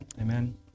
Amen